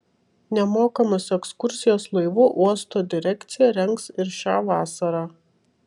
nemokamas ekskursijas laivu uosto direkcija rengs ir šią vasarą